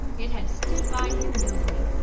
it had stood by him nobly.